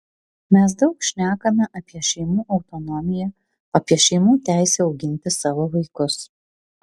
mes daug šnekame apie šeimų autonomiją apie šeimų teisę auginti savo vaikus